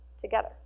together